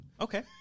Okay